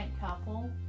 couple